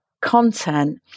content